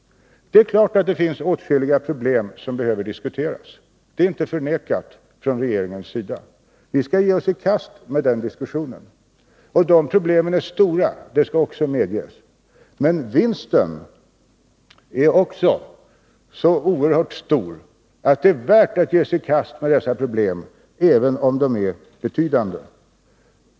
Det är klart att det finns åtskilliga problem som behöver diskuteras. Det har inte förnekats av regeringen. Vi skall ge oss i kast med den diskussionen. De problemen är stora, det skall också medges, men vinsten är också så oerhört stor att det är värt att ge sig i kast med dessa problem, även om de är betydande.